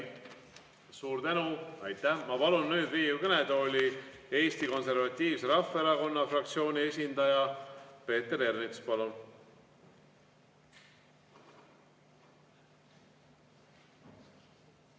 Suur tänu! Aitäh! Ma palun nüüd Riigikogu kõnetooli Eesti Konservatiivse Rahvaerakonna fraktsiooni esindaja Peeter Ernitsa.